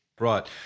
Right